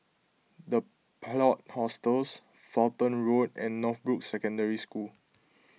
the Plot Hostels Fulton Road and Northbrooks Secondary School